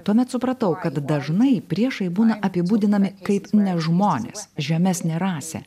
tuomet supratau kad dažnai priešai būna apibūdinami kaip nežmonės žemesnė rasė